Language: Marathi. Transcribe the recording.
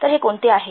तर हे कोणते आहे